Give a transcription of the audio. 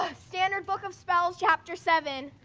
standard book of spells, chapter seven.